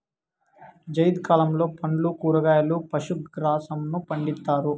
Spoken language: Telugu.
జైద్ కాలంలో పండ్లు, కూరగాయలు, పశు గ్రాసంను పండిత్తారు